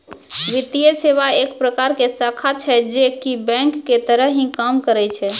वित्तीये सेवा एक प्रकार के शाखा छै जे की बेंक के तरह ही काम करै छै